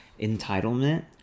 entitlement